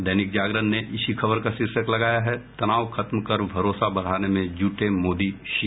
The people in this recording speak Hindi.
दैनिक जागरण ने इसी खबर का शीर्षक लगाया है तनाव खत्म कर भरोसा बढ़ाने में जुटे मोदी शी